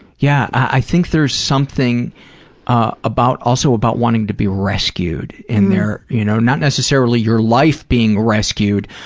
yeah. i think there's something ah about, also about wanting to be rescued in their, you know, not necessarily your life being rescued,